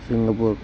Singapore